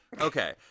Okay